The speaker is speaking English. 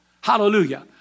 Hallelujah